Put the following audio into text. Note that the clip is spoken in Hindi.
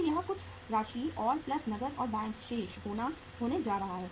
तो यह कुछ राशि और प्लस नकद और बैंक शेष होने जा रहा है